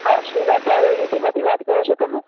હા શ્રીનાથ ટ્રાવેલ એજન્સીમાંથી વાત કરો છો તમે